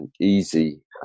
easy